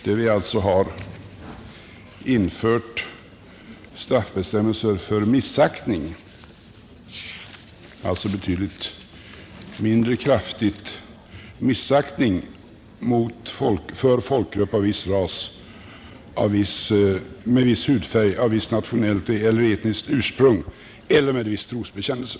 Vi har genom det beslutet infört straffbestämmelser för ”missaktning” — alltså betydligt mindre kraftigt — ”för folkgrupp av viss ras, med viss hudfärg, av visst nationellt eller etniskt ursprung eller med viss trosbekännelse”.